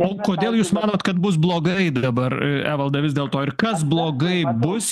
o kodėl jūs manot kad bus blogai dabar evalda vis dėl to ir kas blogai bus